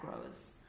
grows